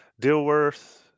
Dilworth